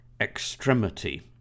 extremity